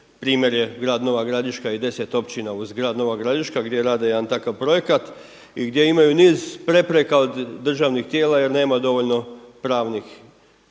primjer je grad Nova Gradiška i 10 općina uz grad Nova Gradišta gdje rade jedan takav projekta i gdje imaju niz prepreka od državnih tijela jer nema dovoljno pravnih